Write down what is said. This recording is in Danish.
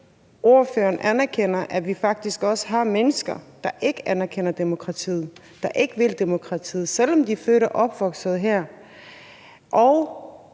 ordføreren anerkender, at vi faktisk også har mennesker, der ikke anerkender demokratiet og ikke vil demokratiet, selv om de er født og opvokset her,